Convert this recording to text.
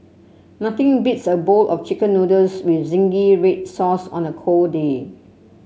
nothing beats a bowl of chicken noodles with zingy red sauce on a cold day